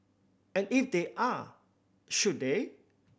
and if they are should they